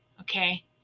okay